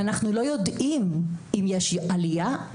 ואנחנו לא יודעים אם יש עלייה,